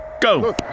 go